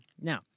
now